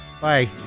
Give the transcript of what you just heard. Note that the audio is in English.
Bye